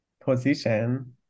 position